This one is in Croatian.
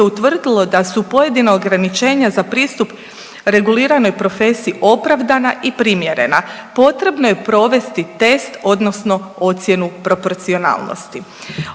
utvrdilo da su pojedina ograničenja za pristup reguliranoj profesiji opravdana i primjerena potrebno je provesti test, odnosno ocjenu proporcionalnosti.